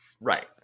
Right